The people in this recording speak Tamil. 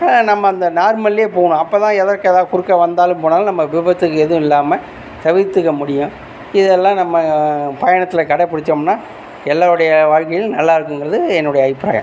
நம்ம அந்த நார்மல்லே போகணும் அப்போதான் எதிர்க்க எதாவது குறுக்க வந்தாலும் போனாலும் நம்ம விபத்து எதுவும் இல்லாமல் தவிர்த்துக்க முடியும் இதல்லாம் நம்ம பயணத்தில் கடபுடிச்சோம்னா எல்லாருடைய வாழ்க்கையும் நல்லாருக்குங்கிறது என்னுடைய அபிப்ராயம்